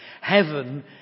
Heaven